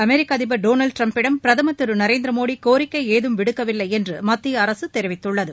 அமெரிக்க அதிபர் டொனால்டு டிரம்பிடம் பிரதமர் திரு நரேந்திர மோடி கோரிக்கை ஏதும் விடுக்கவில்லை என்று மத்திய அரசு தெரிவித்துள்ளது